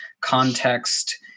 context